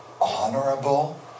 honorable